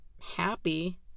happy